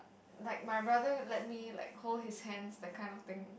like my brother let me like hold his hand that type of thing